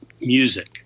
music